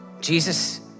Jesus